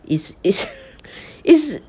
is is is